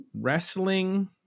Wrestling